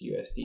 USD